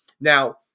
Now